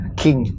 king